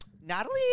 Natalie